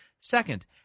Second